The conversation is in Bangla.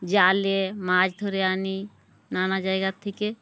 জালে মাছ ধরে আনি নানা জায়গার থেকে